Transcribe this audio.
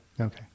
Okay